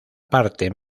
parte